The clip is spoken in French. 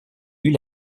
eût